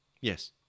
yes